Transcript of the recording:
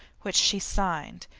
which she signed,